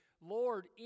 Lord